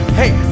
hey